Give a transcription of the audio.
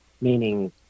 meaning